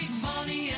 money